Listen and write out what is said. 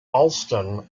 allston